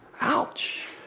Ouch